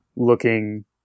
looking